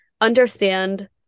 understand